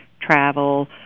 travel